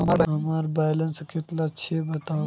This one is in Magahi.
हमार बैलेंस कतला छेबताउ?